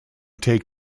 take